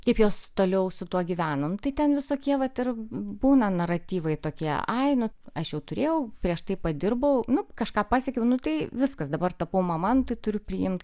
kaip jos toliau su tuo gyvena nu tai ten visokie vat ir būna naratyvai tokie ai nu aš jau turėjau prieš tai padirbau nu kažką pasiekiau nu tai viskas dabar tapau mama nu tai turiu priimt